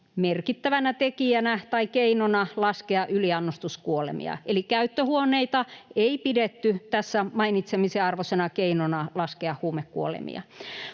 merkittävänä tekijänä tai keinona laskea yliannostuskuolemia, eli käyttöhuoneita ei pidetty tässä mainitsemisen arvoisena keinona laskea huumekuolemia.